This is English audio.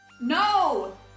No